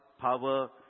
power